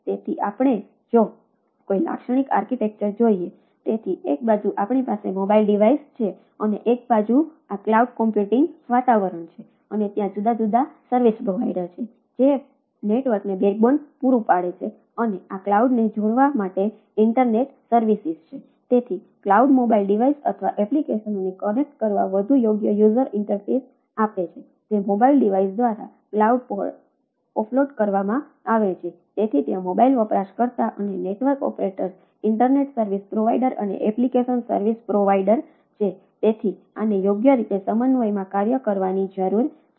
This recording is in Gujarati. તેથી જો આપણે કોઈ લાક્ષણિક આર્કિટેક્ચર સર્વિસ પ્રોવાઇડર છે તેથી આને યોગ્ય રીતે સમન્વયમાં કાર્ય કરવાની જરૂર છે